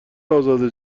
ازاده